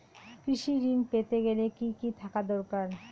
কৃষিঋণ পেতে গেলে কি কি থাকা দরকার?